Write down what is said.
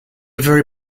very